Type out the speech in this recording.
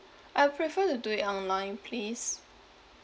I prefer to do it online please